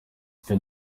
twe